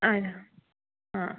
ആണോ ആ